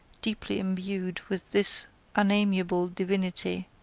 deeply imbued with this unamiable divinity,